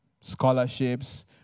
scholarships